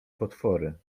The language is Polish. potwory